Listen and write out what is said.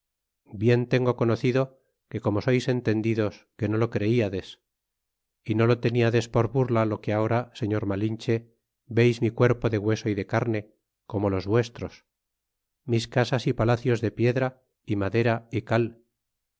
bien tengo conocido que como sois entendidos que no lo creiades y lo teniades por burla lo que ahora señor malinche veis mi cuerpo de hueso y de carne como los vuestros mis casas y palacios de piedra y madera y cal